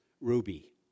Ruby